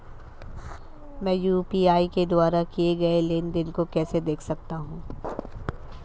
मैं यू.पी.आई के द्वारा किए गए लेनदेन को कैसे देख सकता हूं?